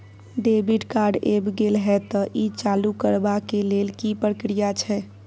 Debit card ऐब गेल हैं त ई चालू करबा के लेल की प्रक्रिया छै?